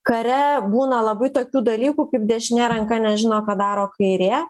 kare būna labai tokių dalykų kaip dešinė ranka nežino ką daro kairė